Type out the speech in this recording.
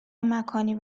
مکانی